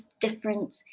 different